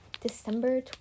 december